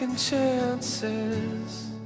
chances